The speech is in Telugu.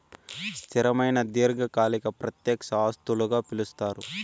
స్థిరమైన దీర్ఘకాలిక ప్రత్యక్ష ఆస్తులుగా పిలుస్తారు